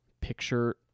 picture